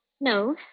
No